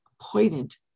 poignant